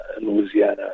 louisiana